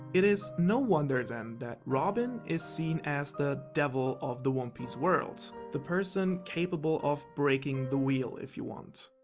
it is no wonder then, that robin is seen as the devil of the one-piece world. the person capable of breaking the wheel, if you want.